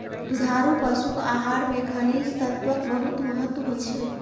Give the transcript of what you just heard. दुधारू पशुक आहार मे खनिज तत्वक बहुत महत्व होइ छै